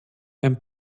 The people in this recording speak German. ein